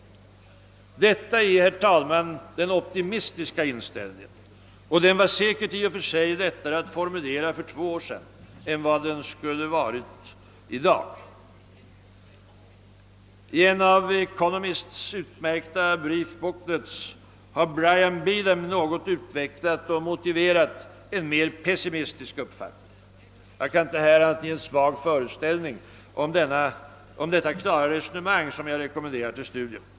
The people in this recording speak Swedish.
Detta är, herr talman, den optimistiska inställningen, och den var säkerligen i och för sig lättare att formulera för två år sedan än vad den skulle vara i dag. I en av Economists utmärkta brief booklets har Brian Beedham något utvecklat och motiverat en mer pessimistisk uppfattning. Jag kan här inte ge annat än en svag föreställning om detta klara resonemang, som jag rekommenderar till studium.